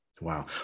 Wow